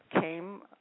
came